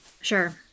Sure